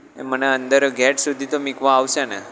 એ મને અંદર ગેટ સુધી તો મુકવા આવશે ને